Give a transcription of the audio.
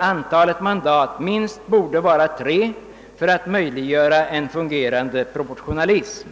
antalet mandat därför borde vara minst tre för att möjliggöra en fungerande proportionalism.